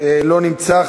לא נמצא.